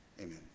Amen